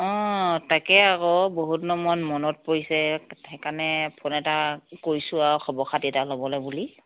অ তাকে আকৌ বহুত দিনৰ মূৰত মনত পৰিছে সেইকাৰণে ফোন এটা কৰিছোঁ আৰু খবৰ খাতি এটা ল'বলৈ বুলি